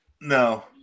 No